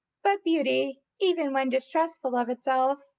but beauty, even when distrustful of itself,